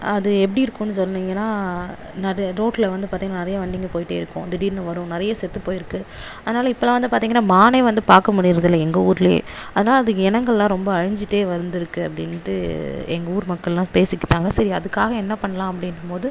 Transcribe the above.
அது எப்படி இருக்கும்னு சொன்னீங்கன்னால் ரோட்டில் வந்து பார்த்தீங்கன்னா நிறைய வண்டிங்கள் போயிகிட்டே இருக்கும் திடீர்னு வரும் நிறைய செத்து போயிருக்குது அதனாலே இப்போலா வந்து பார்த்தீங்கன்னா மானே வந்து பார்க்க முடியறதில்லை எங்கள் ஊரிலயே ஆனால் அது இனங்கள்லாம் ரொம்ப அழிஞ்சுட்டே வந்துருக்குது அப்படினுட்டு எங்கள் ஊர் மக்கள்லாம் பேசிக்கிட்டாங்க சரி அதுக்காக என்ன பண்ணலாம் அப்படிங்கும்போது